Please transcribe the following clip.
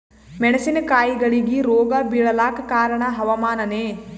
ಮೆಣಸಿನ ಕಾಯಿಗಳಿಗಿ ರೋಗ ಬಿಳಲಾಕ ಕಾರಣ ಹವಾಮಾನನೇ?